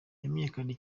yamenyekanye